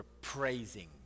praising